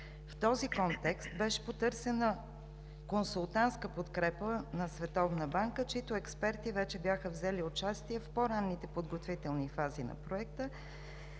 В този контекст беше потърсена консултантска подкрепа на Световната банка, чиито експерти вече бяха взели участие в по-ранните подготвителни фази на Проекта